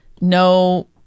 no